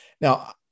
Now